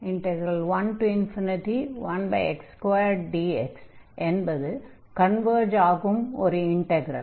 11x2dx என்ற integral converge ஆகும் ஒரு இன்டக்ரல்